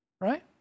Right